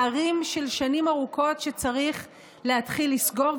אלה פערים של שנים ארוכות שצריך להתחיל לסגור,